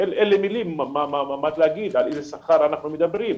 אין לי מילים להגיד על איזה שכר אנחנו מדברים.